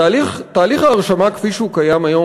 תהליך ההרשמה כפי שהוא קיים היום,